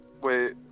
wait